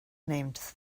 named